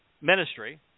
ministry